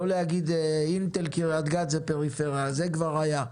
לא להגיד אינטל קריית גת זה פריפריה, זה כבר היה.